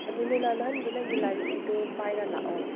ꯑꯗꯨꯅꯤꯅ ꯅꯍꯥꯟꯒꯤ ꯅꯪꯒꯤ ꯂꯥꯏꯔꯤꯛꯀꯤꯗꯣ ꯄꯥꯏꯔꯒ ꯂꯥꯛꯑꯣ